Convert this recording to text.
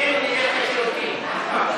שנינו נלך לשירותים בהצבעה,